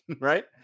right